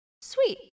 Sweet